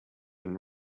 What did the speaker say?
and